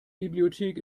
bibliothek